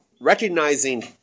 recognizing